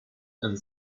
and